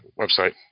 website